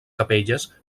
capelles